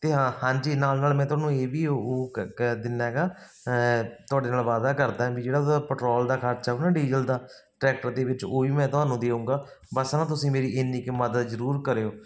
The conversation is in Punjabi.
ਅਤੇ ਹਾਂ ਹਾਂਜੀ ਨਾਲ ਨਾਲ ਮੈਂ ਤੁਹਾਨੂੰ ਇਹ ਵੀ ਉਹ ਉਹ ਕਹਿ ਦਿੰਦਾ ਹੈਗਾ ਤੁਹਾਡੇ ਨਾਲ ਵਾਅਦਾ ਕਰਦਾ ਵੀ ਜਿਹੜਾ ਉਹਦਾ ਪੈਟਰੋਲ ਦਾ ਖਰਚਾ ਹੋਉਗਾ ਨਾ ਡੀਜ਼ਲ ਦਾ ਟਰੈਕਟਰ ਦੇ ਵਿੱਚ ਉਹ ਵੀ ਮੈਂ ਤੁਹਾਨੂੰ ਦੇਵਾਂਗਾ ਬਸ ਨਾ ਤੁਸੀਂ ਮੇਰੀ ਇੰਨੀ ਕੁ ਮਦਦ ਜ਼ਰੂਰ ਕਰਿਓ